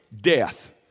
death